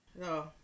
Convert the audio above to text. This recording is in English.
No